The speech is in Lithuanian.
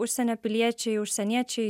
užsienio piliečiai užsieniečiai